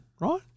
right